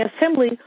assembly